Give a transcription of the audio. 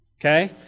Okay